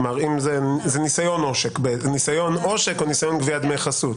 כלומר זה ניסיון עושק או ניסיון גביית דמי חסות.